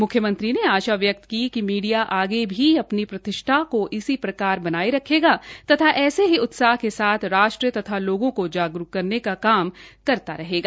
म्ख्यमंत्री ने आशा व्यक्त की कि मीडिया आगे भी अपनी प्रतिष्ठा को इसी प्रकार बनाये रखेगा तथा ऐसे ही उत्साह के साथ राष्ट्र तथा लोगों को जागरूक करने का काम करता रहेगा